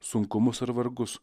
sunkumus ar vargus